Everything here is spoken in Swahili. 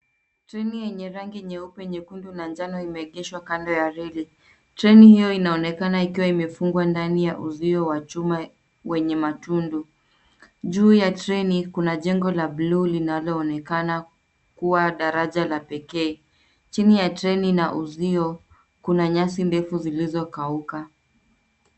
Treni yenye rangi nyeupe, nyekundi na njano imeegezwa kando ya reli. Treni hio inaonekana ikiwa imefungwa ndani uvio wa chuma wenye matundu. Juu ya treni kuna jengo la bluu linaloonekana kwa daraja la pekee. Chini ya treni ina uzio kuna nyasi ndefu zilizokauka.